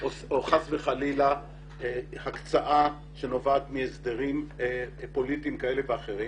או חס וחלילה הקצאה שנובעת מהסדרים פוליטיים כאלה ואחרים